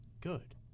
good